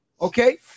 Okay